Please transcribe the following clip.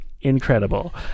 Incredible